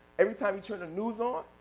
every time you turn the news on,